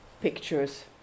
pictures